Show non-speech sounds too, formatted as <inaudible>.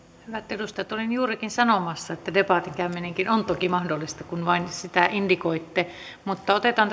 edustajat olin juurikin sanomassa että debatin käyminenkin on toki mahdollista kun vain sitä indikoitte mutta otetaan <unintelligible>